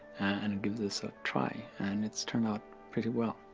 and and give this a try. and it's turned out pretty well.